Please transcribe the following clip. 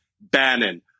Bannon